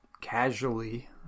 casually